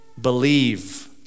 believe